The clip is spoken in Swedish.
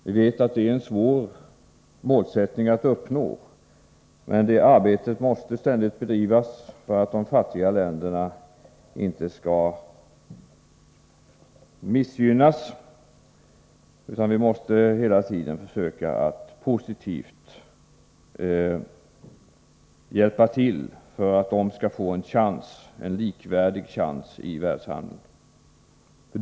Vi vet att det är ett svårt mål att uppnå, men detta arbete måste ständigt bedrivas för att de fattiga länderna inte skall missgynnas. Vi måste hela tiden försöka att hjälpa till för att de skall få en likvärdig chans i världshandeln.